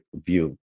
view